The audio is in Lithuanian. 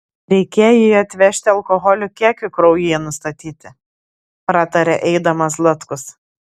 reikėjo jį atvežti alkoholio kiekiui kraujyje nustatyti pratarė eidamas zlatkus